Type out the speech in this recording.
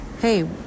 hey